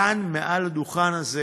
כאן מעל הדוכן הזה